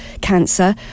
cancer